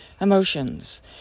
emotions